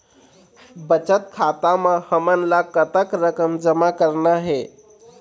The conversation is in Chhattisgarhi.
बचत खाता म हमन ला कतक रकम जमा करना हे?